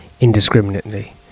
indiscriminately